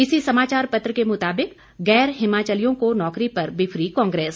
इसी समाचार पत्र के मुताबिक गैर हिमाचलियों को नौकरी पर बिफरी कांग्रेस